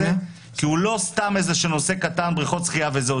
כי הוא לא סתם נושא קטן של בריכות שחייה וזהו,